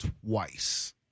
twice